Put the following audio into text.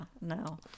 no